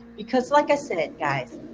because like i said guys,